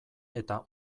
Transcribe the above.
eta